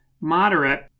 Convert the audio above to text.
moderate